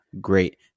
great